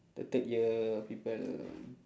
the third year people